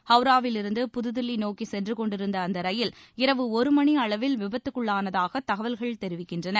ஹவராவிலிருந்து புதுதில்லி நோக்கி சென்றுக் கொண்டிருந்த அந்த ரயில் இரவு ஒரு மணி அளவில் விபத்துக்குள்ளானதாக தகவல்கள் தெரிவிக்கின்றன